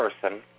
person